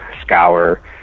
scour